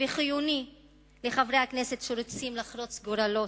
וחיוני לחברי הכנסת שרוצים לחרוץ גורלות,